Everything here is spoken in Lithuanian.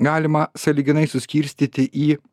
galima sąlyginai suskirstyti į